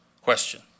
question